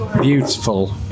beautiful